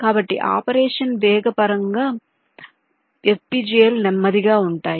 కాబట్టి ఆపరేషన్ వేగం పరంగా FPGA లు నెమ్మదిగా ఉంటాయి